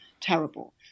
terrible